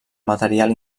material